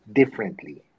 differently